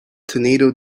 tornado